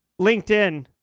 LinkedIn